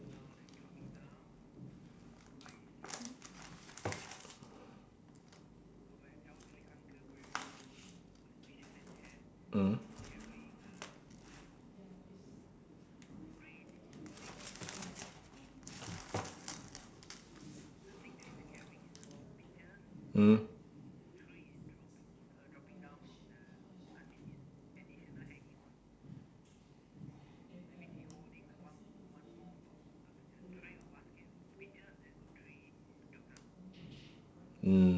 mmhmm mmhmm